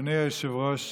אדוני היושב-ראש,